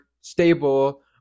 stable